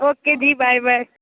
okay ਜੀ bye bye